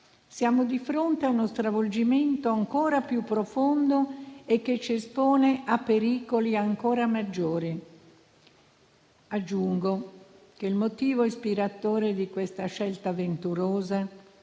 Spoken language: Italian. siamo di fronte a uno stravolgimento ancora più profondo e che ci espone a pericoli ancora maggiori. Aggiungo che il motivo ispiratore di questa scelta avventurosa